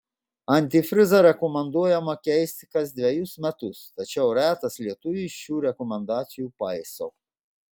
antifrizą rekomenduojama keisti kas dvejus metus tačiau retas lietuvis šių rekomendacijų paiso